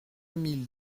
mille